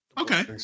Okay